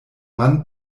mann